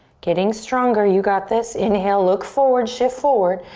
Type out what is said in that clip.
getting stronger, you got this. inhale, look forward, shift forward.